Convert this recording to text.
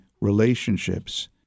relationships